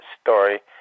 story